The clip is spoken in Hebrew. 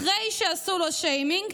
אחרי שעשו לו שיימינג,